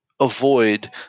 avoid